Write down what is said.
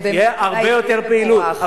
תהיה הרבה יותר פעילות.